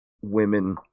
women